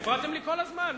הפרעתם לי כל הזמן.